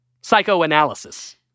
Psychoanalysis